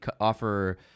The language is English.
offer